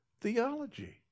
theology